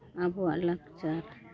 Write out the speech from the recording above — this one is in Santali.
ᱟᱵᱚᱣᱟᱜ ᱞᱟᱠᱪᱟᱨ